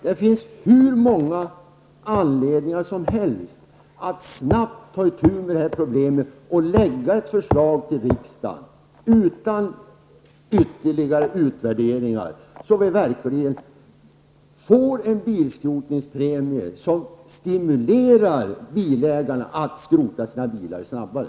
Det finns hur många anledningar som helst att snabbt ta itu med detta problem och lägga fram ett förslag för riksdagen, utan ytterligare utvärderingar, så att vi verkligen får en bilskrotningspremie som stimulerar bilägarna att skrota sina bilar snabbare.